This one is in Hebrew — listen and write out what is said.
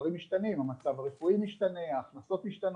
דברים משתנים, המצב הרפואי משתנה, ההכנסות משתנות.